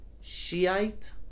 Shiite